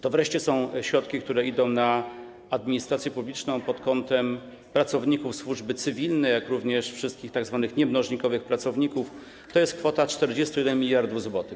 To są wreszcie środki, które idą na administrację publiczną, na pracowników służby cywilnej, jak również na wszystkich tzw. niemnożnikowych pracowników - to jest kwota 41 mld zł.